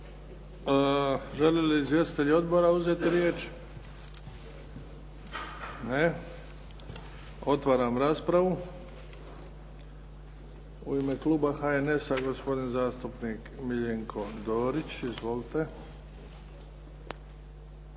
Žele li izvjestitelji odbora uzeti riječ? Ne. Otvaram raspravu. U ime kluba HNS-a, gospodin zastupnik Miljenko Dorić. Izvolite.